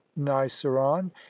niceron